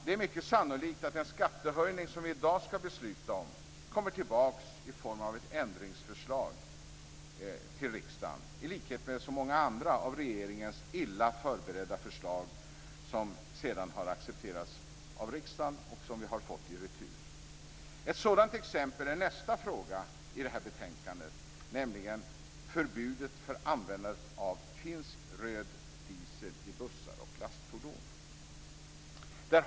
Det är mycket sannolikt att den skattehöjning som vi i dag skall besluta om kommer tillbaka till riksdagen i form av ett ändringsförslag, i likhet med så många andra av regeringens illa förberedda förslag, som sedan har accepterats av riksdagen och som vi har fått i retur. Ett sådant exempel är nästa fråga i betänkandet, nämligen förbudet mot användande av finsk röd diesel i bussar och lastfordon.